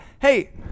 Hey